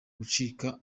gucika